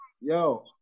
yo